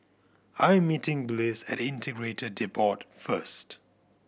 I am meeting Bliss at Integrated Depot first